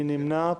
מי נמנע?